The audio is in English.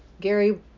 Gary